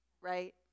right